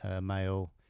male